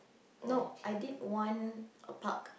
nope I did one a park